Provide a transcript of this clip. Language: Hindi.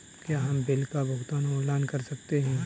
क्या हम बिल का भुगतान ऑनलाइन कर सकते हैं?